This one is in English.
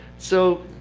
so